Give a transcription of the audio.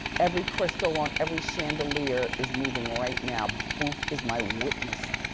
every crystal on every chandelier is moving right now. boof is my witness.